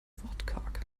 wortkarg